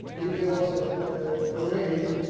if there was a ah raid,